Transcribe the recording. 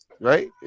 right